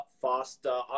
faster